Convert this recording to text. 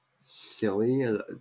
silly